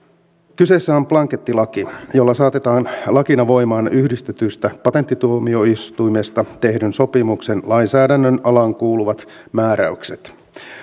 kyseessä on blankettilaki jolla saatetaan lakina voimaan yhdistetystä patenttituomioistuimesta tehdyn sopimuksen lainsäädännön alaan kuuluvat määräykset